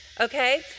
Okay